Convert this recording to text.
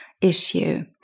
issue